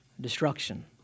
destruction